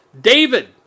David